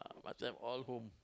must have all home